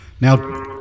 Now